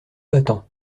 battant